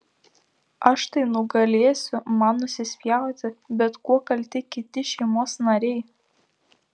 aš tai nugalėsiu man nusispjauti bet kuo kalti kiti šeimos nariai